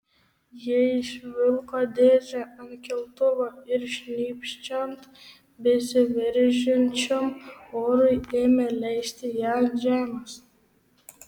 jie išvilko dėžę ant keltuvo ir šnypščiant besiveržiančiam orui ėmė leisti ją ant žemės